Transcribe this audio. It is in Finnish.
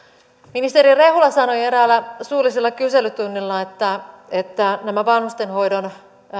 ministeri rehula sanoi eräällä suullisella kyselytunnilla että nämä vanhustenhoidon